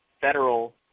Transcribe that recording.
federal